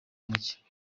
mucye